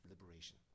liberation